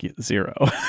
zero